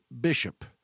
Bishop